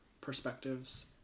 perspectives